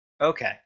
Okay